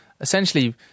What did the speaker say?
essentially